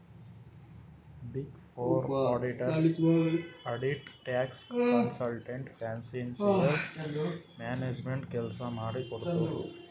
big four auditors audit, tax, consultant, financial management ಕೆಲ್ಸ ಮಾಡಿ ಕೊಡ್ತುದ್